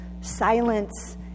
silence